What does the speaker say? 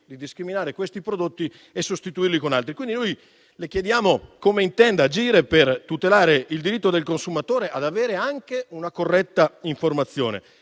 di discriminare questi prodotti e sostituirli con altri. Le chiediamo, Ministro, come intenda agire per tutelare il diritto del consumatore ad avere anche una corretta informazione,